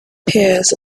pears